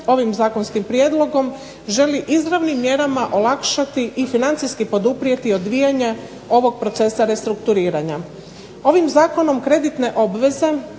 ovim zakonskim prijedlogom želi izravnim mjerama olakšati i financijski poduprijeti i odvijanja ovog procesa restrukturiranja. Ovim zakonom kreditne obveze